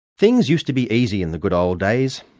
things used to be easy in the good old days.